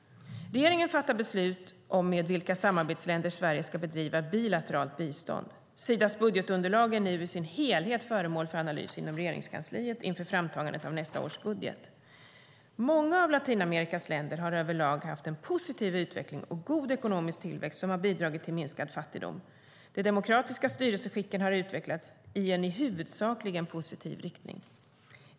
Regeringen fattar beslut om med vilka samarbetsländer Sverige ska bedriva bilateralt bistånd. Sidas budgetunderlag är nu i sin helhet föremål för analys inom Regeringskansliet inför framtagandet av nästa års budget. Många av Latinamerikas länder har över lag haft en positiv utveckling och god ekonomisk tillväxt som har bidragit till minskad fattigdom. De demokratiska styrelseskicken har utvecklats i en huvudsakligen positiv riktning.